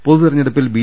പൊതുതെരഞ്ഞെടുപ്പിൽ B